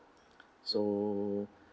so